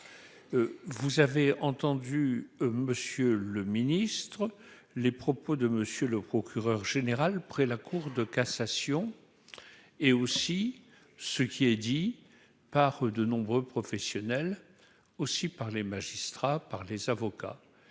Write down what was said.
vous avez entendu Monsieur le Ministre, les propos de monsieur le procureur général près la Cour de cassation et aussi ce qui est dit par de nombreux professionnels aussi par les magistrats, par les avocats